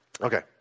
Okay